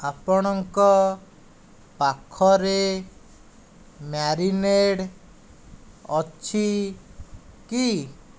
ଆପଣଙ୍କ ପାଖରେ ମ୍ୟାରିନେଡ଼୍ ଅଛି କି